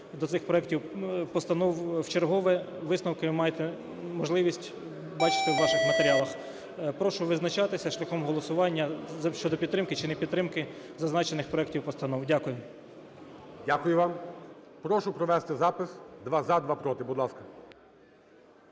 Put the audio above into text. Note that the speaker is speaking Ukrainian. до цих проектів постанов вчергове. Висновки ви маєте можливість бачити в ваших матеріалах. Прошу визначатися шляхом голосування щодо підтримки чи непідтримки зазначених проектів постанов. Дякую. ГОЛОВУЮЧИЙ. Дякую вам. Прошу провести запис: два – за, два – проти. Будь ласка.